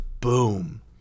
boom